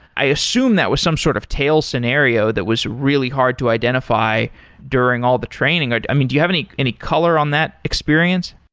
i assume that was some sort of tale scenario that was really hard to identify during all the training. i i mean, do you have any any color on that experience?